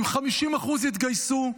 אם 50% יתגייסו,